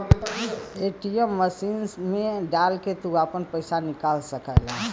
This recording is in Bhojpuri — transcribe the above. ए.टी.एम मसीन मे डाल के तू आपन पइसा निकाल सकला